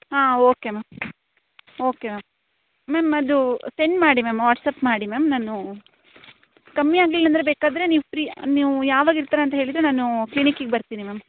ಹಾಂ okay ma'am okay ma'am ma'am ಅದು send ಮಾಡಿ ಮ್ಯಾಮ್ ವಾಟ್ಸಪ್ ಮಾಡಿ ಮ್ಯಾಮ್ ನಾನು ಕಮ್ಮಿ ಆಗಲಿಲ್ಲಂದ್ರೆ ಬೇಕಾದರೆ ನೀವು ಫ್ರೀ ನೀವು ಯಾವಾಗ ಇರ್ತೀರ ಅಂತ ಹೇಳಿದರೆ ನಾನು ಕ್ಲಿನಿಕಿಗೆ ಬರ್ತೀನಿ ಮ್ಯಾಮ್